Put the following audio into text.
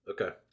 Okay